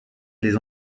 les